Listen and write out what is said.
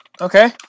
Okay